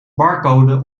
barcode